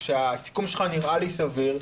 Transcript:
הסיכום שלך נראה לי סביר.